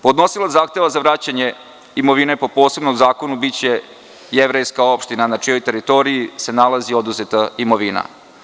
Podnosilac zahteva za vraćanje imovine po posebnom zakonu biće jevrejska opština na čijoj teritoriji se nalazi oduzeta imovina.